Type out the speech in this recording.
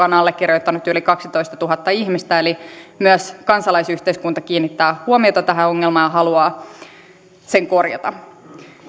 on allekirjoittanut yli kaksitoistatuhatta ihmistä eli myös kansalaisyhteiskunta kiinnittää huomiota tähän ongelmaan ja haluaa sen korjata